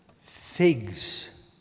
figs